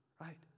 Right